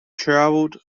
travelled